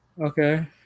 Okay